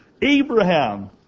Abraham